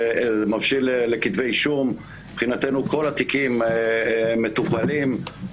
מבחינתנו כל התיקים מטופלים,